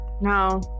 no